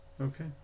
Okay